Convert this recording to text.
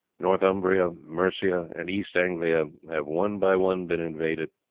northumbria, mercia, and east anglia have one by one been invaded,